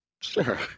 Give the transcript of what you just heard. Sure